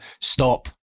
stop